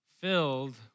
Filled